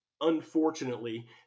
unfortunately